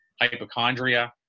hypochondria